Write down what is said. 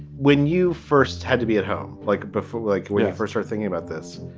when you first had to be at home like before, like we first were thinking about this,